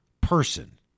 person